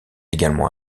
également